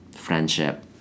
friendship